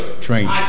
train